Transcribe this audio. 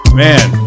man